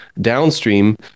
downstream